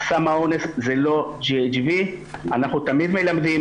סם האונס זה לא GHB. אנחנו תמיד מלמדים,